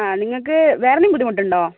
ആ നിങ്ങൾക്ക് വേറെ എന്തെങ്കിലും ബുദ്ധിമുട്ട് ഉണ്ടോ